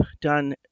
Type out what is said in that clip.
done